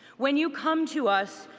when you come to us,